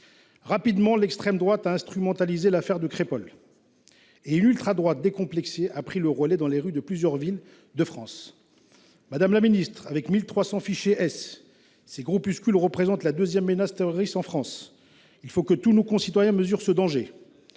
Rapidement, l’extrême droite a instrumentalisé l’affaire de Crépol. Et une ultradroite décomplexée a pris le relais dans les rues de plusieurs villes de France. Madame la secrétaire d’État, avec 1 300 fichés S, ces groupuscules représentent la deuxième menace terroriste en France. Il faut que tous nos concitoyens mesurent ce danger.